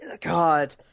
God